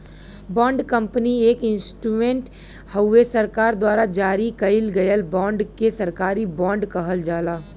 bond company एक instrument हउवे सरकार द्वारा जारी कइल गयल बांड के सरकारी बॉन्ड कहल जाला